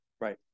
Right